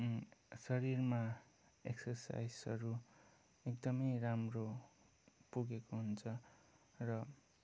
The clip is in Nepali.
शरीरमा एक्सर्साइजहरू एकदमै राम्रो पुगेको हुन्छ र